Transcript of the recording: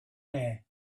air